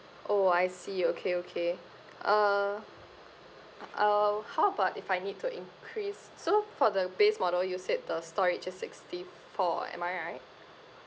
oh I see okay okay uh uh how about if I need to increase so for the base model you said the storage is sixty four am I right